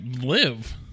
live